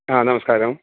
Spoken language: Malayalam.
ആ നമസ്കാരം